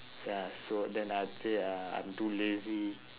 ya so then I would say uh i'm too lazy